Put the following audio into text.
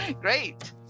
Great